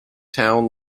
town